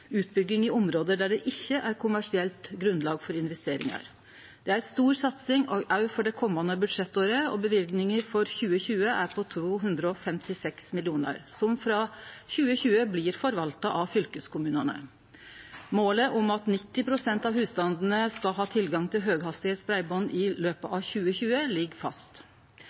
utbygging og tilgang til høghastigheitsbreiband. I løpet av 2019 har 100 000 fleire husstandar fått tilgang til høghastigheitsbreiband, og 10 000 av desse er bygde ut i område der det ikkje er kommersielt grunnlag for investeringar. Det er ei stor satsing også for det komande budsjettåret, og løyvinga for 2020 er på 256 mill. kr – som frå 2020 blir forvalta av fylkeskommunane.